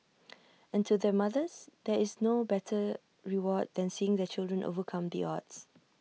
and to their mothers there is no better reward than seeing their children overcome the odds